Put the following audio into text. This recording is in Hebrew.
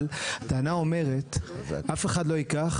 אבל הטענה אומרת אף אחד לא ייקח